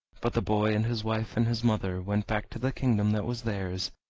but the boy and his wife and his mother went back to the kingdom that was theirs,